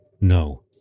No